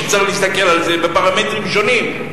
צריך להסתכל על זה בפרמטרים שונים.